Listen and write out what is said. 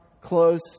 close